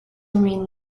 remain